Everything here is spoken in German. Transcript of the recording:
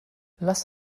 lass